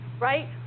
right